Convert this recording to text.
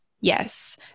Yes